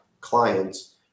clients